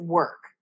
work